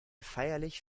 feierlich